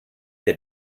der